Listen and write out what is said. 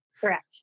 Correct